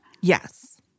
Yes